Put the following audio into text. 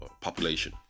population